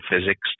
physics